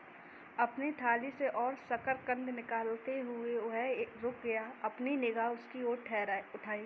अपनी थाली से और शकरकंद निकालते हुए, वह रुक गया, अपनी निगाह उसकी ओर उठाई